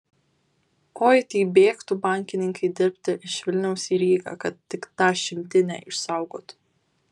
oi tai bėgtų bankininkai dirbti iš vilniaus į rygą kad tik tą šimtinę išsaugotų